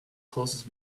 closest